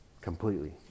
completely